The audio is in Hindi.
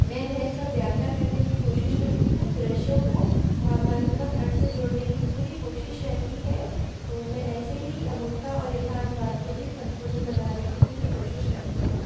मैं वह सब व्याख्या करने की कोशिश करती हूँ दृश्यों को भावनात्मक अर्थ से जोड़ने की पूरी कोशिश रहती है तो मैं ऐसे ही अमूर्तता और यथार्थवाद के बीच संतुलन बनाने की पूरी कोशिश करती हूँ